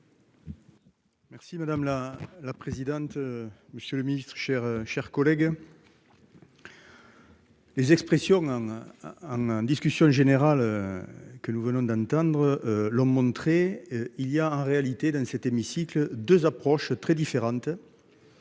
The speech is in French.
Merci madame la la présidente. Monsieur le Ministre, chers chers collègues. Les expressions un. Discussion générale. Que nous venons d'entendre l'montrer. Il y a en réalité dans cet hémicycle 2 approches très différentes.